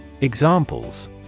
Examples